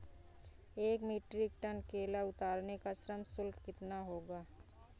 एक metric ton केला उतारने का श्रम शुल्क कितना होगा?